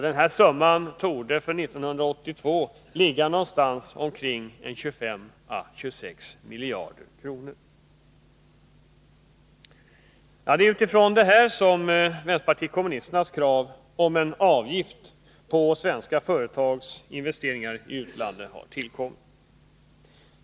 Den här summan torde för 1982 ligga någonstans på 25 å 26 miljarder kronor. Det är utifrån detta som vänsterpartiet kommunisternas krav om en avgift på svenska företags investeringar i utlandet har tillkommit.